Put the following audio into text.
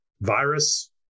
virus